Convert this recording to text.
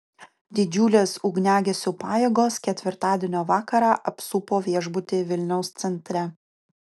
didžiulės ugniagesių pajėgos ketvirtadienio vakarą apsupo viešbutį vilniaus centre